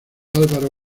álvaro